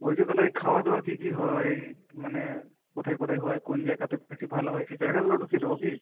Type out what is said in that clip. বলছি তাহলে ওই খাওয়াদাওয়া কি কি হয় মানে কোথায় কোথায় হয় কোন জায়গাতে বেশি ভালো হয় সেই জায়গাগুলোও ঢুকিয়ে দেব কি